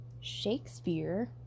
Shakespeare